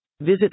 Visit